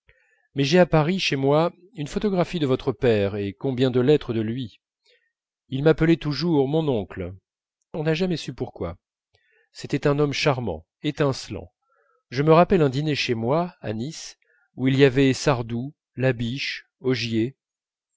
mais j'ai à paris chez moi une photographie de votre père et combien de lettres de lui il m'appelait toujours mon oncle on n'a jamais su pourquoi c'était un homme charmant étincelant je me rappelle un dîner chez moi à nice où il y avait sardou labiche